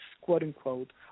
quote-unquote